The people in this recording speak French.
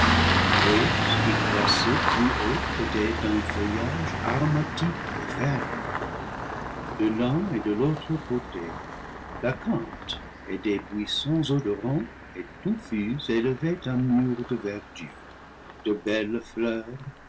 ce qui croissait plus haut était d'un feuillage aromatique et ferme de l'un et de l'autre côté l'acanthe et des buissons odorants et touffus élevaient un mur de verdure de belles fleurs